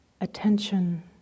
Attention